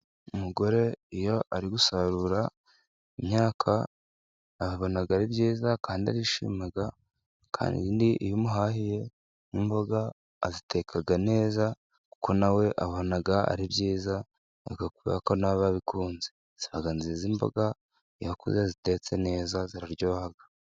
Umugore iyo ari gusarura imyaka abona ari byiza kandi arishima, kandi iyo umuhahiye n'imboga aziteka neza, kuko na we abona ari byiza, kubera ko nawe aba abikunze. Ziba nziza imboga, kuberako iyo zitetse neza ziraryoha.